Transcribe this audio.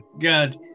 Good